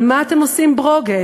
על מה אתם עושים ברוגז?